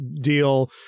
deal